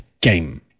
game